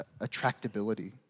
attractability